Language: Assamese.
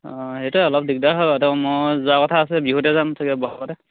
অঁ সেইটোৱ অলপ দিগদাৰ হ'য় বাৰু তেও মই যােৱাৰ কথা আছে বিহুতে যাম চাগে ব'হাগতে